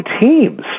teams